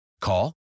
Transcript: Call